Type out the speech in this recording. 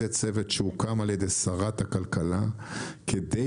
זה צוות שהוקם על ידי שרת הכלכלה כדי